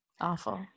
awful